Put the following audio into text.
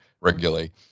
regularly